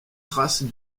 traces